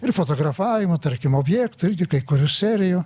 ir fotografavimų tarkim objektų irgi kai kurių serijų